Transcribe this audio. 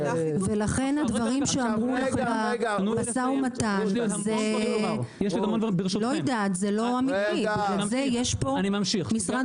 לכן הדברים שאמרו במשא ומתן זה לא אמיתי ------- משרד